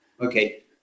okay